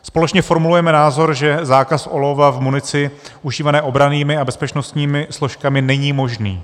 Společně formulujeme názor, že zákaz olova v munici užívané obrannými a bezpečnostními složkami není možný.